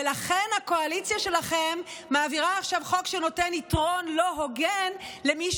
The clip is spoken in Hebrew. ולכן הקואליציה שלכם מעבירה עכשיו חוק שנותן יתרון לא הוגן למי